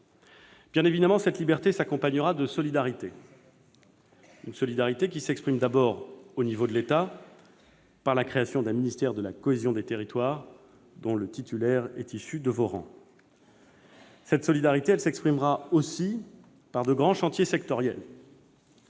Bien évidemment, cette liberté s'accompagnera de solidarité. Une solidarité qui s'exprime d'abord, au niveau de l'État, au travers de la création d'un ministère de la cohésion des territoires dont le titulaire est issu de vos rangs. Cette solidarité s'exprimera aussi par de grands chantiers sectoriels.